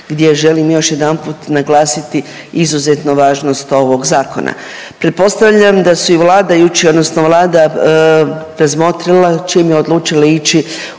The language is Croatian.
gdje želim još jedanput naglasiti izuzetnu važnost ovog zakona. Pretpostavljam da su i vladajući odnosno Vlada razmotrila čim je odlučila ići